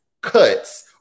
cuts